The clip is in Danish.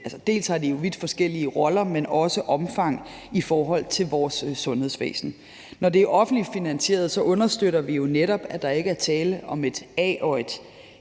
de har vidt forskellige roller, men også omfang i forhold til vores sundhedsvæsen. Når det er offentligt finansieret, understøtter vi jo netop, at der ikke er tale om et A- og et